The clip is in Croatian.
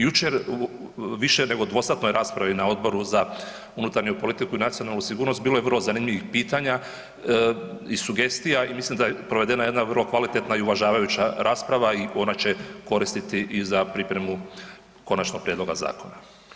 Jučer u više nego dvosatnoj raspravi na Odboru za unutarnju politiku i nacionalnu sigurnost bilo je vrlo zanimljivih pitanja i sugestija i mislim da je provedena jedna vrlo kvalitetna i uvažavajuća rasprava i ona će koristiti i za pripremu konačnog prijedloga zakona.